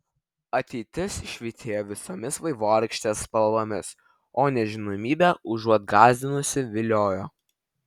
ateitis švytėjo visomis vaivorykštės spalvomis o nežinomybė užuot gąsdinusi viliojo